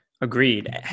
Agreed